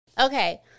Okay